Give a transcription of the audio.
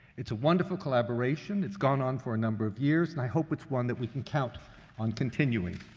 it's a wonderful collaboration, it's gone on for a number of years, and i hope it's one that we can count on continuing.